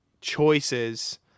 choices